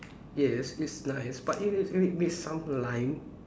yes it's nice but eat it with with some lime